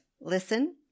listen